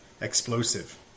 explosive